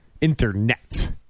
...internet